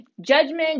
judgment